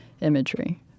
imagery